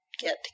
get